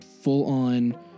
full-on